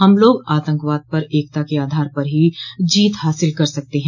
हम लोग आतंकवाद पर एकता के आधार पर ही जीत हासिल कर सकते हैं